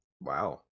wow